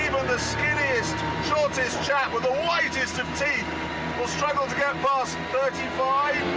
the skinniest, shortest chap with the whitest of teeth will struggle to get past thirty like